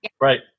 right